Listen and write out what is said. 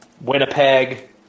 Winnipeg